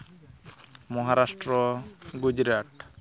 Maharashtra Gujarat